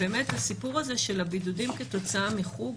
אני לא מצליחה להבין את הסיפור הזה של הבידודים כתוצאה מחוג.